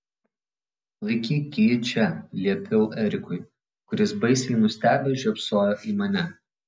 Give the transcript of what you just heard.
laikyk jį čia liepiau erikui kuris baisiai nustebęs žiopsojo į mane